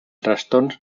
trastorn